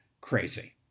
crazy